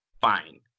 fine